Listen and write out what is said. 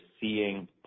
seeing